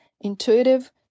intuitive